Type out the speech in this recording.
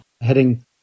heading